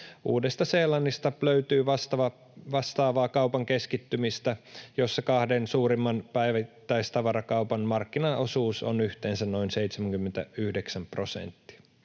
Uudesta-Seelannista löytyy vastaavaa kaupan keskittymistä, jossa kahden suurimman päivittäistavarakaupan markkinaosuus on yhteensä noin 79 prosenttia.